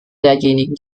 derjenigen